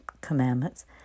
commandments